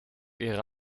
ihre